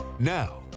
now